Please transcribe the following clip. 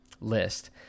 list